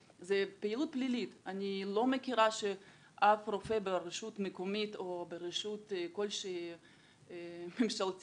אני לא מכירה אף רופא ברשות מקומית או ברשות כלשהי ממשלתית